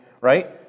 right